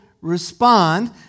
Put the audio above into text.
respond